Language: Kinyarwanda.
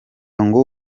ngo